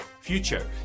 future